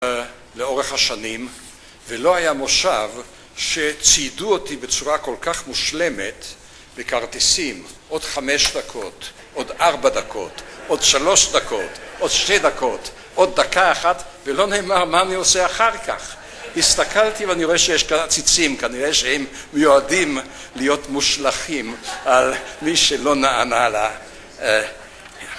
לאורך השנים ולא היה מושב שציידו אותי בצורה כל כך מושלמת בכרטיסים עוד חמש דקות, עוד ארבע דקות, עוד שלוש דקות, עוד שתי דקות, עוד דקה אחת ולא נאמר מה אני עושה אחר כך הסתכלתי ואני רואה שיש כאלה עציצים, כנראה שהם מיועדים להיות מושלכים על מי שלא נענה לה